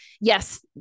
yes